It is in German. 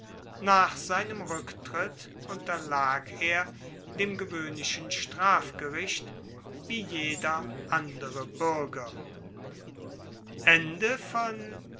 nach seinem ruecktritt unterlag er dem gewoehnlichen strafgericht wie jeder andere buerger